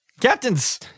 Captains